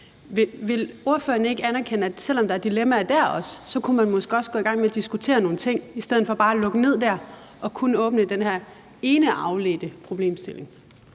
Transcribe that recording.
Vil ordføreren ikke anerkende, at selv om der også dér er dilemmaer, kunne man måske godt gå i gang med at diskutere nogle ting i stedet for bare at lukke ned og kun åbne for en diskussion af den her ene afledte problemstilling?